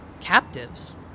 Captives